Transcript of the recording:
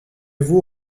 vous